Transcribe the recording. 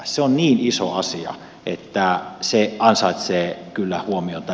se on niin iso asia että se ansaitsee kyllä huomiota